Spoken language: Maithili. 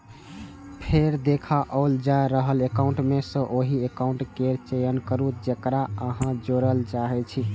फेर देखाओल जा रहल एकाउंट मे सं ओहि एकाउंट केर चयन करू, जेकरा अहां जोड़य चाहै छी